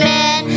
Man